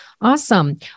Awesome